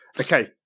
Okay